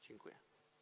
Dziękuję.